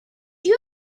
you